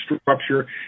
structure